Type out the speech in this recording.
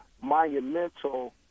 monumental